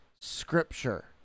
scripture